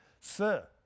Sir